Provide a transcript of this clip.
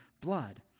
blood